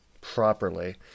properly